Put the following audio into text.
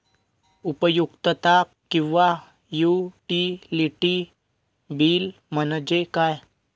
उपयुक्तता किंवा utility bill म्हणजे काय?